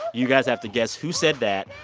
you guys have to guess who said that.